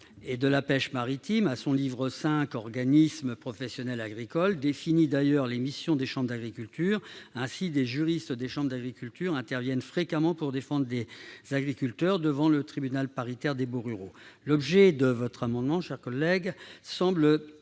et de la pêche maritime, en son livre V intitulé « Organismes professionnels agricoles », définit les missions des chambres d'agriculture. Ainsi, des juristes des chambres d'agriculture interviennent fréquemment pour défendre les agriculteurs devant le tribunal paritaire des baux ruraux. Dans l'objet de cet amendement, mes chers collègues,